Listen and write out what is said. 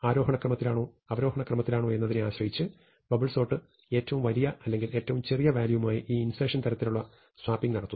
ആരോഹണക്രമത്തിലാണോ അവരോഹണ ക്രമത്തിലാണോ എന്നതിനെ ആശ്രയിച്ച് ബബിൾ സോർട്ട് ഏറ്റവും വലിയ അല്ലെങ്കിൽ ചെറിയ വാല്യൂവുമായി ഈ ഇൻസെർഷൻ തരത്തിലുള്ള സ്വാപ്പിംഗ് നടത്തുന്നു